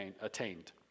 attained